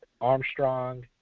Armstrong